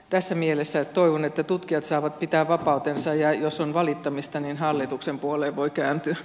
tässä mielessä toivon että tutkijat saavat pitää vapautensa ja jos on valittamista niin hallituksen puoleen voi kääntyä